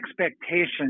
expectations